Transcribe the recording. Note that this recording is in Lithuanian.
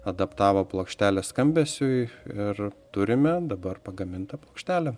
adaptavo plokštelę skambesiui ir turime dabar pagamintą plokštelę